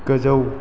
गोजौ